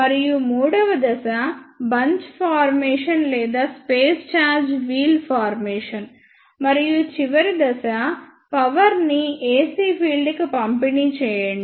మరియు మూడవ దశ బంచ్ ఫార్మేషన్ లేదా స్పేస్ ఛార్జ్ వీల్ ఫార్మేషన్ మరియు చివరి దశ పవర్ ని AC ఫీల్డ్ కి పంపిణీ చేయడం